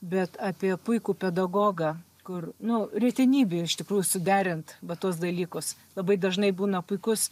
bet apie puikų pedagogą kur nu retenybė iš tikrųjų suderint va tuos dalykus labai dažnai būna puikus